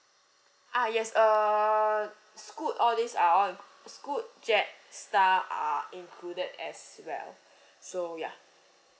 ah yes uh scoot all these are all scoot jet star are included as well so ya